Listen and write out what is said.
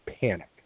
panic